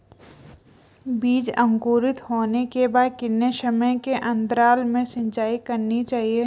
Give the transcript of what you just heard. बीज अंकुरित होने के बाद कितने समय के अंतराल में सिंचाई करनी चाहिए?